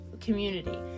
community